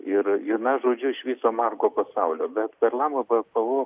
ir ir mes žodžiu iš viso margo pasaulio bet per lama bpo